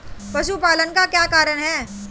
पशुपालन का क्या कारण है?